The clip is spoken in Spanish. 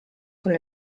con